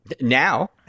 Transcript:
Now